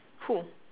who